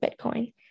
Bitcoin